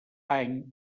any